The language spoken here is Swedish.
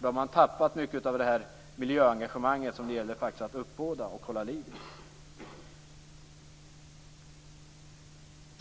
Då har man tappat mycket av det miljöengagemang som det faktiskt gäller att uppbåda och hålla liv i.